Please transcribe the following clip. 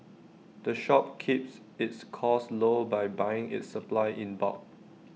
the shop keeps its costs low by buying its supplies in bulk